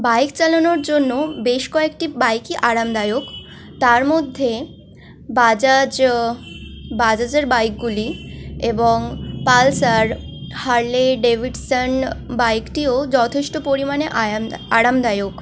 bike চালানোর জন্য বেশ কয়েকটি বাইকই আরামদায়ক তার মধ্যে বাজাজ বাজাজের বাইকগুলি এবং পালসার হার্লে ডেভিডসান বাইকটিও যথেষ্ট পরিমাণে আরামদায়ক